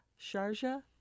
Sharjah